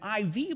IV